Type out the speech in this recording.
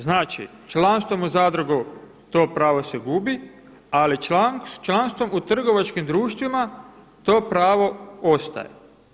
Znači članstvom u zadrugu to pravo se gubi ali članstvom u trgovačkim društvima to pravo ostaje.